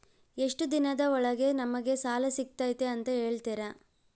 ಎಷ್ಟು ದಿನದ ಒಳಗೆ ನಮಗೆ ಸಾಲ ಸಿಗ್ತೈತೆ ಅಂತ ಹೇಳ್ತೇರಾ?